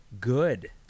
good